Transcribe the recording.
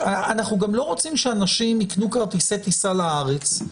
אנחנו גם לא רוצים שאנשים יקנו כרטיסי טיסה לארץ,